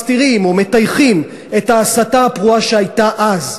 מסתירים או מטייחים את ההסתה הפרועה שהייתה אז,